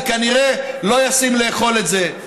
זה כנראה לא ישים, לאכול את זה.